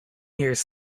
years